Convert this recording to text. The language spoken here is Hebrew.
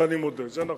בזה אני מודה, זה נכון,